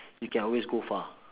you can always go far